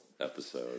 episode